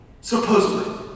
supposedly